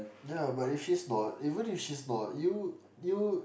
ya but if she's not even if she's not you you